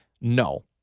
No